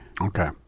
Okay